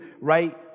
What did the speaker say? right